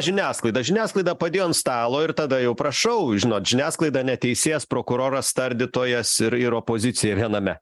žiniasklaida žiniasklaida padėjo ant stalo ir tada jau prašau žinot žiniasklaida ne teisėjas prokuroras tardytojas ir ir opozicija viename